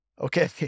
okay